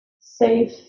Safe